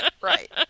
Right